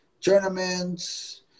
tournaments